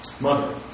mother